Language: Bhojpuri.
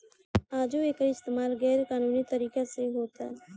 आजो एकर इस्तमाल गैर कानूनी तरीका से होता